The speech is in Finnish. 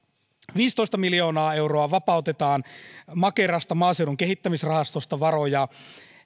viisitoista miljoonaa euroa vapautetaan makerasta maaseudun kehittämisrahastosta varoja